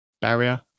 barrier